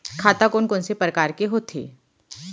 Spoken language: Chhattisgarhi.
खाता कोन कोन से परकार के होथे?